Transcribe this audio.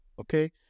okay